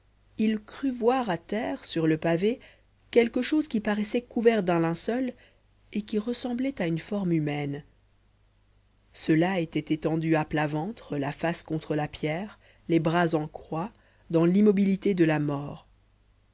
il crut voir à terre sur le pavé quelque chose qui paraissait couvert d'un linceul et qui ressemblait à une forme humaine cela était étendu à plat ventre la face contre la pierre les bras en croix dans l'immobilité de la mort